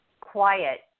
quiet